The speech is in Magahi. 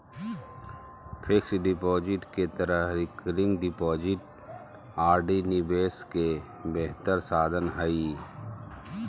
फिक्स्ड डिपॉजिट के तरह रिकरिंग डिपॉजिट आर.डी निवेश के बेहतर साधन हइ